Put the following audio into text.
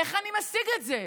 איך אני משיג את זה,